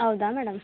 ಹೌದಾ ಮೇಡಮ್